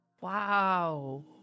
Wow